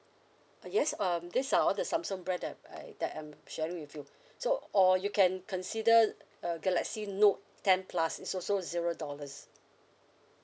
uh yes um these are all the Samsung brand that I that I'm sharing with you so or you can consider t~ uh galaxy note ten plus is also zero dollars